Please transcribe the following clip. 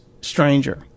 stranger